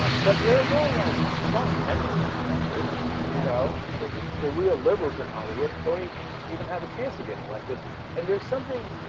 ah but there are no like sean penn doesn't get elected you know id the real liberals in hollywood dhoni even have a chance of getting elected and do something